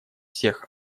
всех